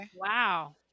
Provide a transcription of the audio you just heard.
wow